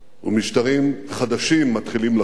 ומשטרים חדשים מתחילים לקום.